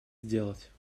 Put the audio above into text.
сделать